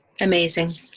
Amazing